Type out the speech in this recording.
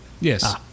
Yes